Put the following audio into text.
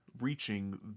reaching